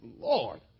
Lord